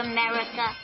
America